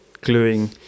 gluing